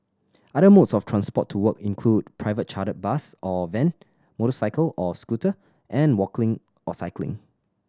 other modes of transport to work include private chartered bus or van motorcycle or scooter and walking or cycling